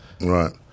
Right